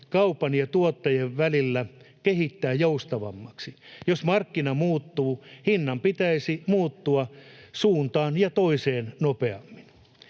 kaupan ja tuottajien välillä kehittää joustavammaksi. Jos markkina muuttuu, hinnan pitäisi muuttua suuntaan ja toiseen nopeammin.